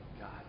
God